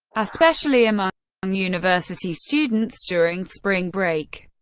especially among um university students during spring break.